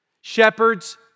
Shepherds